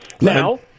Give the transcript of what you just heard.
Now